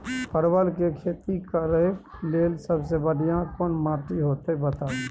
परवल के खेती करेक लैल सबसे बढ़िया कोन माटी होते बताबू?